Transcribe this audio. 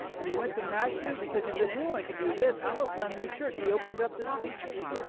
and he went to mat-sue because he said anyone can do this, i'ma plant a new church, he opened up this weekend.